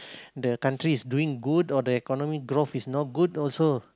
the country is doing good or the economic growth is not good also